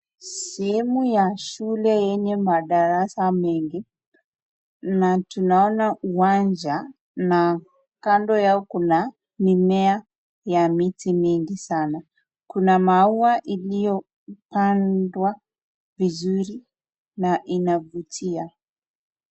Sehemu ya shule yenye madarasa mengi, na tunaona uwanja na kando yao kuna mimea ya miti mingi sana. Kuna maua iliyopandwa vizuri na inavutia.